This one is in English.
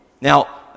Now